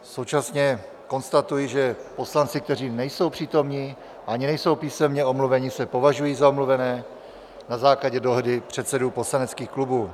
Současně konstatuji, že poslanci, kteří nejsou přítomni ani nejsou písemně omluveni, se považují za omluvené na základě dohody předsedů poslaneckých klubů.